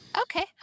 Okay